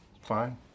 Fine